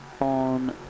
on